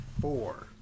four